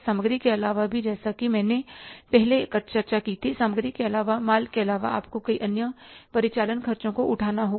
सामग्री के अलावा भी जैसा कि मैंने पहले चर्चा की थी सामग्री के अलावामाल के अलावा आपको कई अन्य परिचालन खर्चों को उठाना होगा